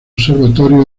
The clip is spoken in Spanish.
observatorios